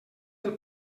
del